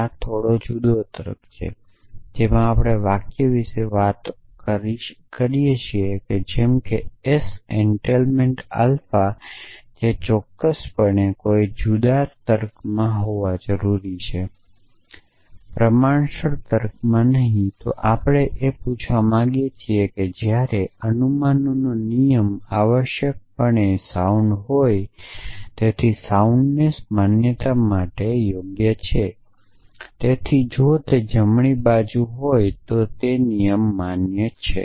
આ થોડો જુદો તર્ક છે જેમાં આપણે વાક્ય વિશેની વાતો વિશે વાત કરી શકીએ છીએ જેમ કે s એનટેઇલમેંટ આલ્ફા જે ચોક્કસપણે કોઈ જુદા તર્ક માં હોવા જરૂરી છે પ્રમાણસર તર્ક માં નહીં તો આપણે એ પૂછવા માગીએ છીએ કે જ્યારે અનુમાનનો નિયમ આવશ્યકપણે સાઉન્ડ હોય છે તેથી સાઉન્ડનેસ માન્યતા માટે યોગ્ય છે તેથી જો તે જમણી બાજુ હોય તો નિયમ માન્ય છે